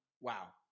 Wow